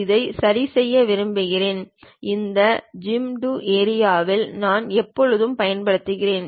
இதை சரிசெய்ய விரும்புகிறேன் இந்த ஜூம் டு ஏரியாவை நான் எப்போதும் பயன்படுத்தலாம்